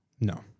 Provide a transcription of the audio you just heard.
No